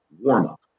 warm-up